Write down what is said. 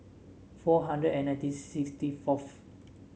four hundred and ninety sixty fourth